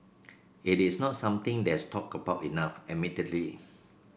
it is not something that's talked about enough admittedly